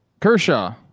Kershaw